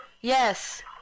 Yes